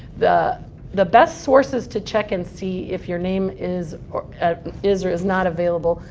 the the best sources to check and see if your name is or is or is not available,